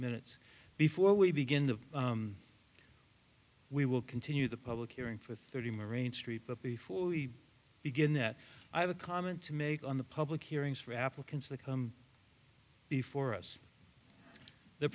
minutes before we begin the we will continue the public hearing for thirty moraine street but before we begin that i have a comment to make on the public hearings for applicants that come before us the